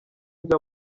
njya